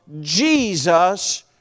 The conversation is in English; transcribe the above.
Jesus